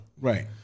Right